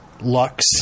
Lux